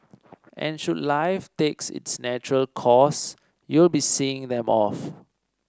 and should life takes its natural course you'll be seeing them off